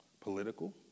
political